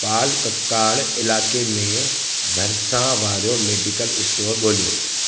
पालकक्काड़ इलाइक़े में भरिसां वारो मेडिकल स्टोर ॻोल्हियो